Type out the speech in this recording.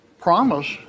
promise